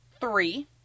three